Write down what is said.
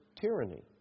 tyranny